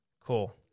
Cool